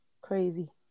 crazy